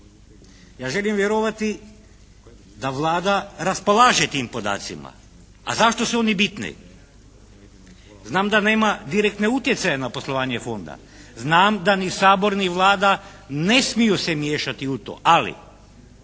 Ja želim vjerovati da Vlada raspolaže tim podacima. A zašto su oni bitni? Znam da nema direktne utjecaje na poslovanje fonda. Znam da ni Sabor ni Vlada ne smiju se miješati u to. Ali,